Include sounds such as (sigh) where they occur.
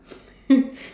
(laughs)